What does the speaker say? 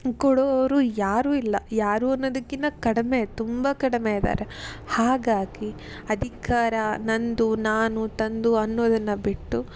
ಕೊಡೋವರು ಯಾರು ಇಲ್ಲ ಯಾರು ಅನ್ನೋದಕ್ಕಿನ್ನ ಕಡಿಮೆ ತುಂಬ ಕಡಿಮೆ ಇದ್ದಾರೆ ಹಾಗಾಗಿ ಅಧಿಕಾರ ನನ್ನದು ನಾನು ತನ್ನದು ಅನ್ನೋದನ್ನು ಬಿಟ್ಟು